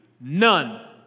None